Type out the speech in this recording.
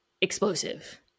explosive